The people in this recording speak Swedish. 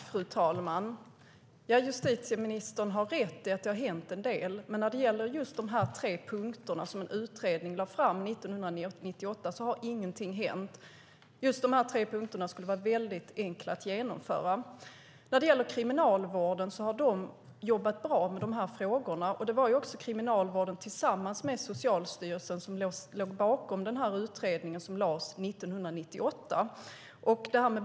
Fru talman! Justitieministern har rätt i att det har hänt en del, men när det gäller just de tre punkter som utredningen lade fram 1998 har inget hänt. Dessa tre punkter skulle vara mycket enkla att genomföra. Kriminalvården har jobbat bra med dessa frågor. Det var också Kriminalvården som tillsammans med Socialstyrelsen låg bakom den utredning som lades fram 1998.